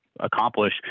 accomplish